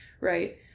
right